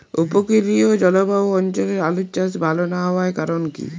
উপকূলীয় জলবায়ু অঞ্চলে আলুর চাষ ভাল না হওয়ার কারণ?